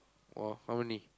!wah! how many